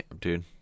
Dude